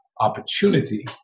opportunity